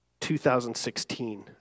2016